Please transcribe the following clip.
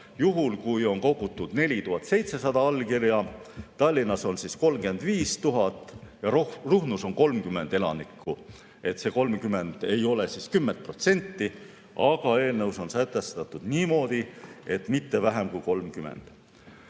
juhul, kui on kogutud 4700 allkirja, Tallinnas 35 000. Aga Ruhnus on 30 elanikku. See 30 ei ole 10%, aga eelnõus on sätestatud niimoodi, et mitte vähem kui 30.